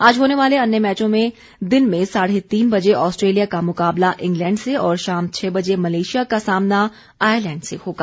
आज होने वाले अन्य मैचों में दिन में साढ़े तीन बजे ऑस्ट्रेलिया का मुकाबला इंग्लैंड से और शाम छह बजे मलेशिया का सामना आयरलैंड से होगा